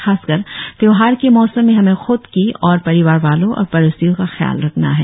खासकर त्योहार के मौसम में हमें खुद की और परिवार वालों और पड़ोसियों का ख्याल रखना है